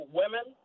women